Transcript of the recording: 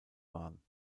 waren